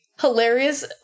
hilarious